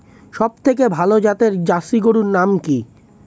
সবথেকে ভালো জাতের জার্সি গরুর নাম কি?